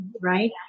Right